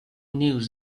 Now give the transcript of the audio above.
news